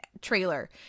trailer